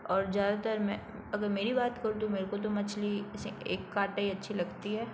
और ज़्यादातर मैं अगर मेरी बात करूँ तो मेरे को तो मछली से एक काँटे ही अच्छी लगती है